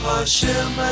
Hashem